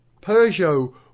Peugeot